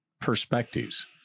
perspectives